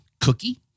cookie